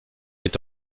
est